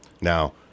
Now